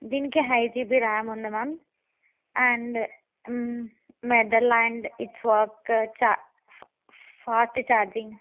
దీనికి high GB RAM ఉంది ma'am and Netherland it's work forty charging